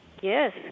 Yes